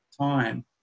time